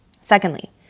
Secondly